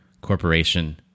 corporation